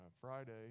Friday